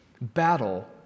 battle